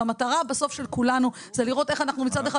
והמטרה בסוף של כולנו זה לראות איך אנחנו מצד אחד